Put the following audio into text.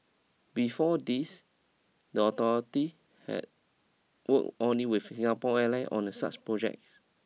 before this the authority had worked only with Singapore Airlines on the such projects